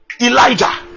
Elijah